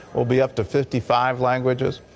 we'll be up to fifty five languages.